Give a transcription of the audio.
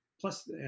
plus